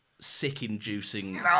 sick-inducing